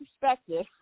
perspective